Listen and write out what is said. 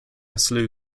slew